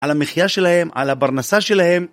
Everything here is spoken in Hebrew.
‫על המחיה שלהם, על הפרנסה שלהם.